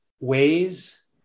ways